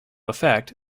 effect